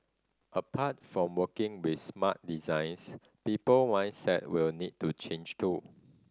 apart from working with smart designs people will need to change too